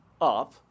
up